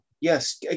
Yes